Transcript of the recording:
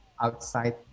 outside